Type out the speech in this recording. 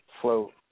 float